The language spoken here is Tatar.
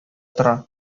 тора